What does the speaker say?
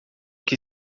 que